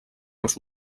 els